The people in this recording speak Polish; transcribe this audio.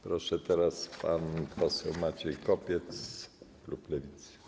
Proszę, teraz pan poseł Maciej Kopiec, klub Lewicy.